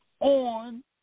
on